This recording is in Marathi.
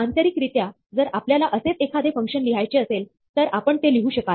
आंतरिकरित्या जर आपल्याला असेच एखादे फंक्शन लिहायचे असेल तर आपण ते लिहू शकाल